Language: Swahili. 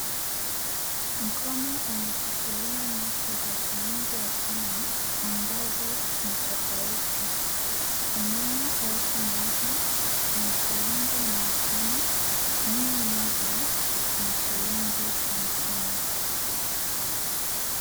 Mkono umeshikilia noti za shilingi ya Kenya ambazo ni tofauti. Kunayo elfu moja, kuna shilingi mia tano, mia moja na shilingi hamsini.